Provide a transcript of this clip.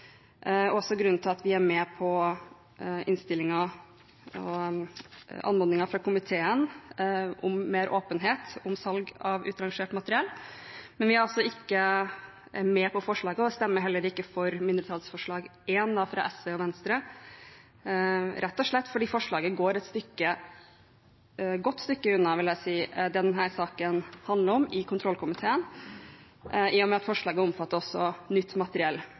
er også grunnen til at vi er med på innstillingen og anmodningen fra komiteen om mer åpenhet når det gjelder salg av utrangert materiell. Men vi er altså ikke med på, og stemmer heller ikke for, mindretallsforslag nr. 1, fra Venstre og SV, rett og slett fordi forslaget går – jeg vil si – et godt stykke unna det denne saken i kontrollkomiteen handler om, i og med at forslaget omfatter også nytt materiell,